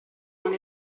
non